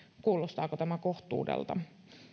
kuulostaako tämä kohtuudelta